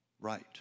right